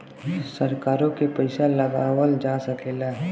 सरकारों के पइसा लगावल जा सकेला